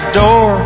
door